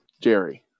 jerry